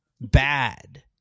bad